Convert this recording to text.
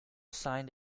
signed